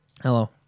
Hello